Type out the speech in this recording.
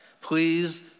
Please